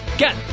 Get